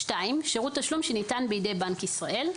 שירות תשלום שניתן בידי בנק ישראל.